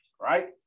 right